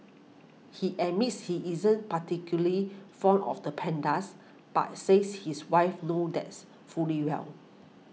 he admits he isn't particularly fond of the pandas but says his wife knows that's fully well